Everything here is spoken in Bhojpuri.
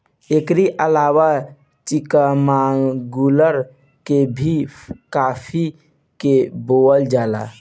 एकरी अलावा चिकमंगलूर में भी काफी के बोअल जाला